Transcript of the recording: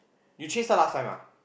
you chased her last time ah